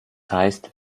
heißt